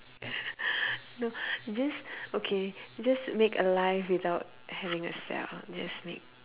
no just okay just make a life without having a cell you just make